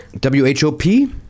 W-H-O-P